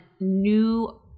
new